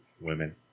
women